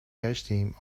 گشتیم